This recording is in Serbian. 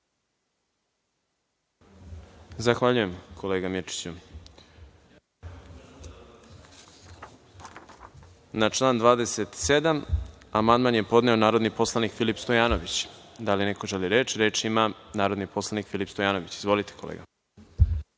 Zahvaljujem, kolega Mirčiću. Na član 27. amandman je podneo narodni poslanik Filip Stojanović. Da li neko želi reč? (Da.)Reč ima narodni poslanik Filip Stojanović. Izvolite.